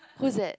who is that